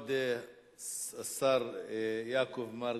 כבוד השר יעקב מרגי,